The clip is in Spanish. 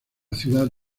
ciudad